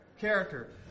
character